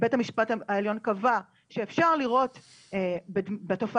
בית המשפט העליון קבע שאפשר לראות בתופעה